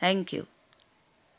thank you